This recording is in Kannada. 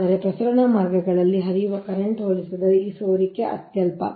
ಆದರೆ ಪ್ರಸರಣ ಮಾರ್ಗಗಳಲ್ಲಿ ಹರಿಯುವ ಕರೆಂಟ್ ಹೋಲಿಸಿದರೆ ಈ ಸೋರಿಕೆ ಅತ್ಯಲ್ಪ